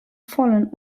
vollen